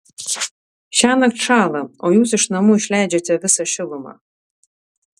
šiąnakt šąla o jūs iš namų išleidžiate visą šilumą